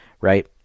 right